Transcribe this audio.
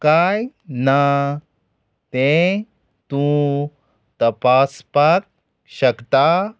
कांय ना तें तूं तपासपाक शकता